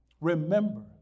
Remember